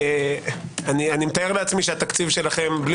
אני מתאר לעצמי שהתקציב שלכם בלי